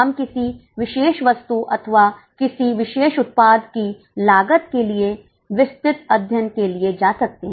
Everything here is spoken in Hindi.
हम किसी विशेष वस्तु अथवा किसी विशेष उत्पाद की लागत के विस्तृत अध्ययन के लिए जा सकते हैं